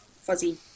fuzzy